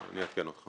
אני עדכן אותך.